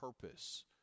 purpose